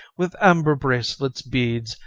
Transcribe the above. with amber bracelets, beads,